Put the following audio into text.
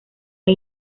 hay